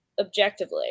objectively